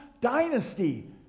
dynasty